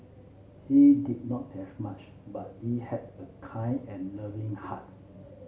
he did not have much but he had a kind and loving heart